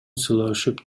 сүйлөшүп